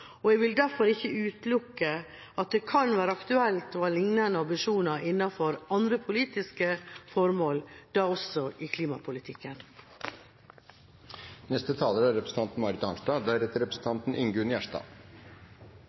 Jeg vil derfor ikke utelukke at det kan være aktuelt å ha lignende ambisjoner innenfor andre politiske formål, da også i klimapolitikken.